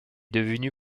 devenu